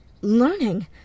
learning